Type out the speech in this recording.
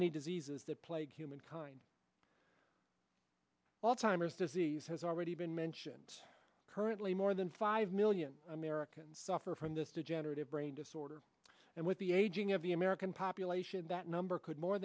many diseases that plague humankind alzheimer's disease has already been mentioned currently more than five million americans suffer from this degenerative brain disorder and with the aging of the american population that number could more